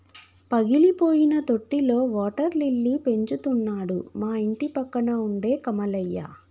పగిలిపోయిన తొట్టిలో water lily పెంచుతున్నాడు మా ఇంటిపక్కన ఉండే కమలయ్య